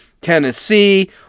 Tennessee